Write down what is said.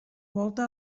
volta